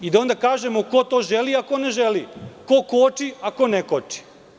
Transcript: Onda da kažemo ko to želi, a ko ne želi, ko koči, a ko ne koči.